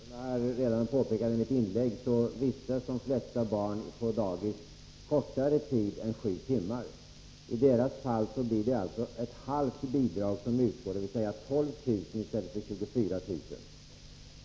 Herr talman! Jag vill ta upp den jämförelse som Evert Svensson gör mellan täckningsbidraget till enskilda och kommunala daghem. Det är en oegentlig jämförelse, eftersom Evert Svensson glömmer bort reglerna för vistelsetiden. Som jag redan har påpekat i mitt inlägg vistas de flesta barn på daghem kortare tid än sju timmar. I dessa fall utgår alltså ett halvt bidrag, dvs. 12 000 kr. i stället för 24 000 kr.